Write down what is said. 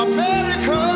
America